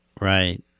Right